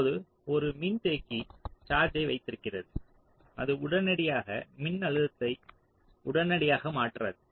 இப்போது ஒரு மின்தேக்கி சார்ஜ்சை வைத்திருக்கிறது அது உடனடியாக மின்னழுத்தத்தை உடனடியாக மாற்றாது